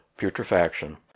putrefaction